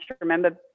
remember